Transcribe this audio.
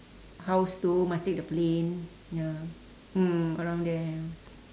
house itu must take the plane ya mm around there